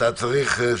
בסדר גמור.